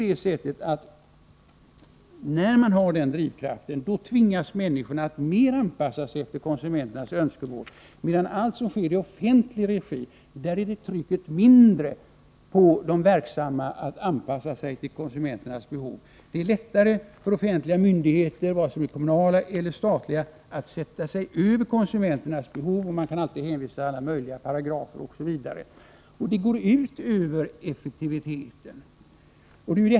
Men människor som har den drivkraften tvingas att mer anpassa sig efter konsumenternas önskemål, medan detta tryck är mindre på dem som arbetar i verksamheter i offentlig regi. Det är lättare för offentliga myndigheter, både kommunala och statliga, att sätta sig över konsumenternas behov, och de kan alltid hänvisa till alla möjliga paragrafer osv. Det går ut över effektiviteten.